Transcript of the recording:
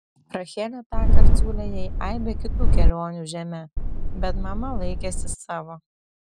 rachelė tąkart siūlė jai aibę kitų kelionių žeme bet mama laikėsi savo